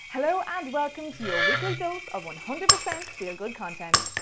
hello and welcome to your weekly dose of one hundred percent feel-good content.